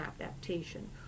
adaptation